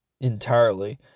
entirely